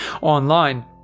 online